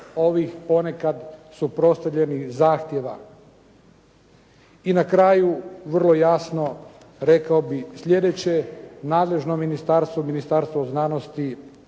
ovih ponekad suprotstavljenih zahtjeva, I na kraju, vrlo jasno, rekao bih sljedeće. Nadležno ministarstvo, Ministarstvo znanosti,